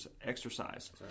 exercise